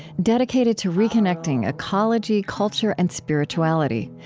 dedicated to reconnecting ecology, culture, and spirituality.